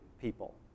people